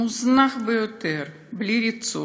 מוזנח ביותר, בלי ריצוף,